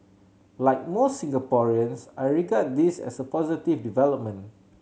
like most Singaporeans I regard this as a positive development